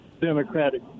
Democratic